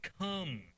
come